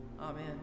Amen